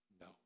No